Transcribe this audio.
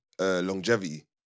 longevity